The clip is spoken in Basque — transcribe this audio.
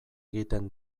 egiten